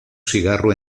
cigarro